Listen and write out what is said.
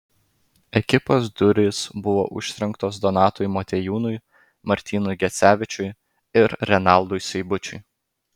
ekipos durys buvo užtrenktos donatui motiejūnui martynui gecevičiui ir renaldui seibučiui